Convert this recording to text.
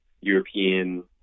European